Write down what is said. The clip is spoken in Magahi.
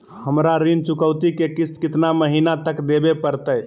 हमरा ऋण चुकौती के किस्त कितना महीना तक देवे पड़तई?